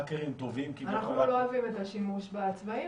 האקרים טובים --- אנחנו לא אוהבים את השימוש בצבעים,